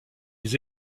les